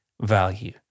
value